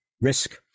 risk